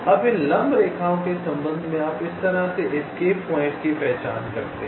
अब इन लंब रेखाओं के संबंध में आप इस तरह से एस्केप पॉइंट की पहचान करते हैं